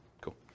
Cool